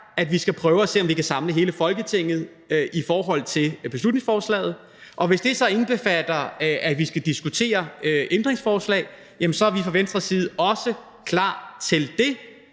at vi skal prøve at se, om vi kan samle hele Folketinget om beslutningsforslaget, og hvis det så indbefatter, at vi skal diskutere ændringsforslag, jamen så er vi fra Venstres side også klar til det.